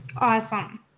Awesome